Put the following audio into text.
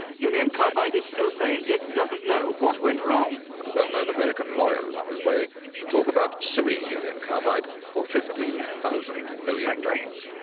union carbide is still saying it doesn't know what went wrong. and a well-known american lawyer is on his way to talk about suing union carbide for fifteen thousand million dollars.